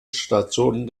stationen